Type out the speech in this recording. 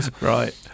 Right